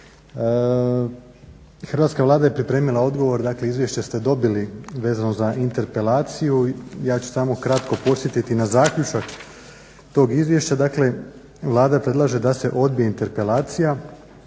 Hrvatska Vlada je pripremila odgovor. Dakle izvješće ste dobili vezano za interpelaciju. Ja ću samo kratko podsjetiti na zaključak tog izvješća. Dakle Vlada predlaže da se odbije interpelacija